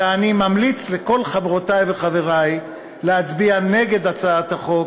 ואני ממליץ לכל חברותי וחברי להצביע נגד הצעת החוק